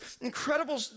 incredible